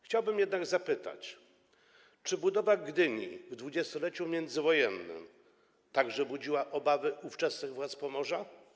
Chciałbym zapytać: Czy budowa Gdyni w dwudziestoleciu międzywojennym także budziła obawy ówczesnych władz Pomorza?